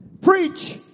preach